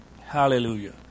Hallelujah